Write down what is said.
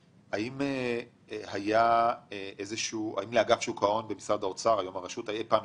האם אגף שוק ההון במשרד האוצר היום הרשות הטיל אי פעם